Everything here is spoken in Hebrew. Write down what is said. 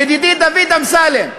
ידידי דוד אמסלם,